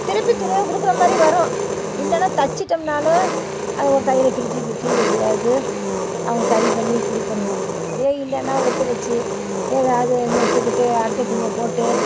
திருப்பி துணியைக் கொடுக்கற மாதிரி வரும் இல்லைன்னா தச்சிட்டோம்னாலும் அது ஒரு தையலில் பிரித்து கிரித்து எப்படியாவது அவங்க சரி பண்ணிக் கொடுக்கணும் அப்படியே இல்லைன்னா ஒட்டு வெச்சி ஏதாவது நெட்டு கிட்டு அடுத்த துணியைப் போட்டு